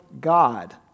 God